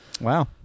Wow